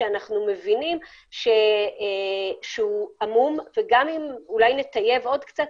שאנחנו מבינים שהוא עמום וגם אם נטייב עוד קצת,